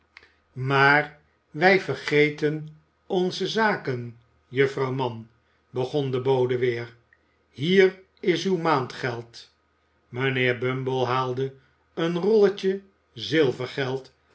maar wij vergeten onze zaken juffrouw mann begon de bode weer hier is uw maandgeld mijnheer bumble haalde een rolletje zilvergeld